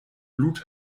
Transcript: blut